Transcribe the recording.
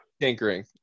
Tinkering